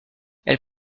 elle